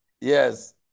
Yes